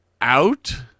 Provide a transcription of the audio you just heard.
out